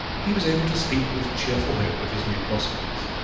he was able to speak with cheerful hope of his new prospects.